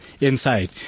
inside